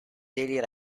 daily